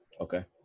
Okay